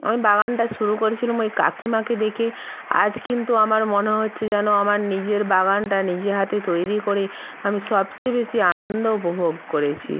আমি বাগানটা শুরু করেছিলুম ওই কাকিমাকে দেখে আজ কিন্তু আমার মনে হচ্ছে যেন আমার নিজের বাগানটা নিজে হাতে তৈরি করে আমি সবচেয়ে বেশি আনন্দ উপভোগ করেছি